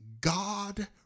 God